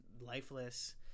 lifeless